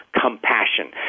compassion